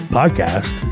podcast